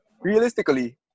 realistically